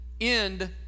end